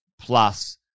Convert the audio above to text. plus